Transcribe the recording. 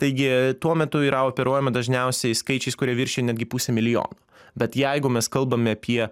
taigi tuo metu yra operuojama dažniausiai skaičiais kurie viršija netgi pusę milijono bet jeigu mes kalbame apie